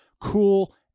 cool